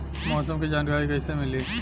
मौसम के जानकारी कैसे मिली?